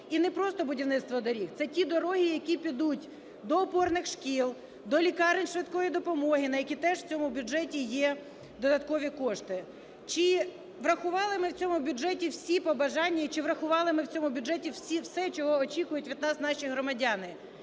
і не просто будівництво доріг, це ті дороги, які підуть до опорних шкіл, до лікарень швидкої допомоги, на які теж в цьому бюджеті є додаткові кошти. Чи врахували ми в цьому бюджеті всі побажання і чи врахували ми в цьому бюджеті все, чого очікують від нас наші громадяни?